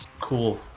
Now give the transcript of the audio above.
cool